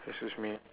excuse me